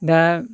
दा